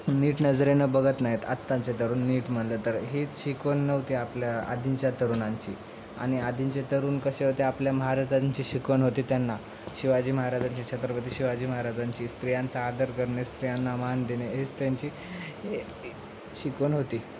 नीट नजरेनं बघत नाहीत आत्ताचे तरुण नीट म्हणले तर हेच शिकवण नव्हते आपल्या आधींच्या तरुणांची आणि आधींचे तरुण कसे होते आपल्या महाराजांची शिकवण होते त्यांना शिवाजी महाराजांची छत्रपती शिवाजी महाराजांची स्त्रियांचा आदर करणे स्त्रियांना मान देने हेच त्यांची हे शिकवण होती